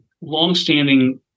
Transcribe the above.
longstanding